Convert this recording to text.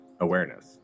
awareness